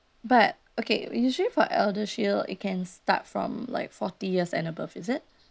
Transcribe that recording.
but okay usually for eldershield it can start from like forty years and above is it